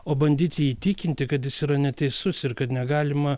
o bandyt jį įtikinti kad jis yra neteisus ir kad negalima